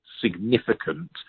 significant